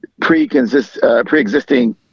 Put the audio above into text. pre-existing